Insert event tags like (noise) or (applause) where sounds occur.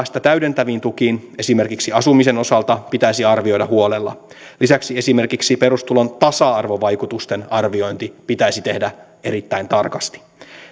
(unintelligible) sitä täydentäviin tukiin esimerkiksi asumisen osalta pitäisi arvioida huolella lisäksi esimerkiksi perustulon tasa arvovaikutusten arviointi pitäisi tehdä erittäin tarkasti